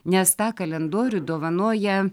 nes tą kalendorių dovanoja